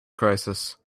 crisis